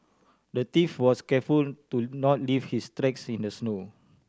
the thief was careful to not leave his tracks in the snow